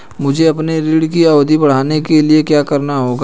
मुझे अपने ऋण की अवधि बढ़वाने के लिए क्या करना होगा?